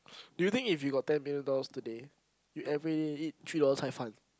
do you think if you got ten million dollars today you everyday eat three dollar cai-fan